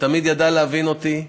שתמיד ידע להבין אותי.